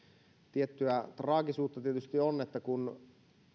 tiettyä traagisuutta tietysti on kun